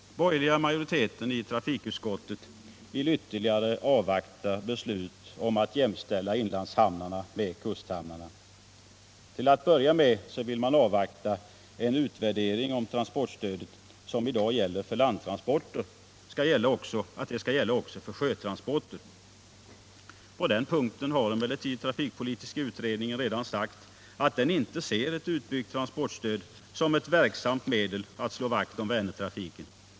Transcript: Den borgerliga majoriteten i trafikut 15 december 1977 skottet vill ytterligare avvakta beslut om att jämställa inlandshamnarna. I med kusthamnarna. Till att börja med vill man avvakta en utvärdering = Nytt system för de om att transportstödet som i dag gäller för landtransporter skall gälla — statliga sjöfartsavockså för sjötransporter. På den punkten har emellertid trafikpolitiska — gifterna utredningen sagt att den inte ser ett utbyggt transportstöd som ett verksamt medel att slå vakt om Vänertrafiken.